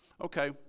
okay